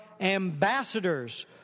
ambassadors